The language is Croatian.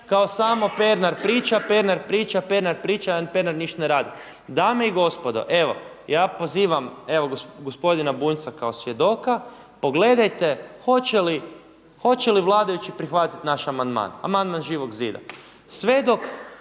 kao samo Pernar priča, Pernar priča, Pernar priča, Pernar niš' ne radi. Dame i gospodo, evo ja pozivam evo gospodina Bunjca kao svjedoka pogledajte hoće li vladajući prihvatiti naš amandman, amandman Živog zida. Sve dok,